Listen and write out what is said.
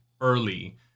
early